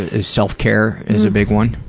is self-care is a big one?